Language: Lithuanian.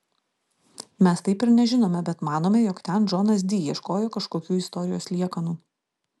mes taip ir nežinome bet manome jog ten džonas di ieškojo kažkokių istorijos liekanų